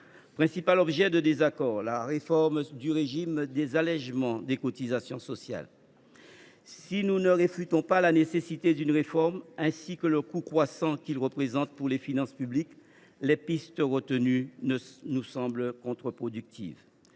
Principal objet de désaccord, la réforme du régime des allégements des cotisations sociales. Si nous ne réfutons pas la nécessité d’une réforme, et si nous ne contestons pas le fait que ce régime représente un coût croissant pour les finances publiques, les pistes retenues nous semblent contre productives.